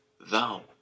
thou